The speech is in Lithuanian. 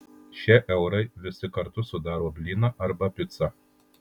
šie eurai visi kartu sudaro blyną arba picą